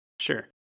sure